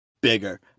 bigger